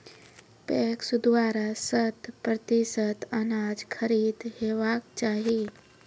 PACS द्वारा शत प्रतिसत अनाज खरीद हेवाक चाही?